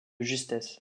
justesse